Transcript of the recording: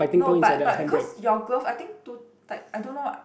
no but but because your glove I think too tight I don't know